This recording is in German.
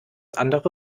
andere